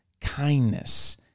kindness